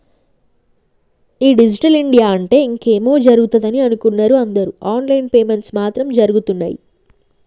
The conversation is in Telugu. ఈ డిజిటల్ ఇండియా అంటే ఇంకేమో జరుగుతదని అనుకున్నరు అందరు ఆన్ లైన్ పేమెంట్స్ మాత్రం జరగుతున్నయ్యి